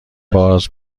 باز